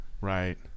Right